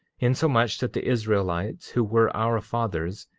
insomuch that the israelites, who were our fathers,